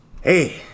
hey